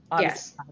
Yes